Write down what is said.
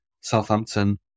Southampton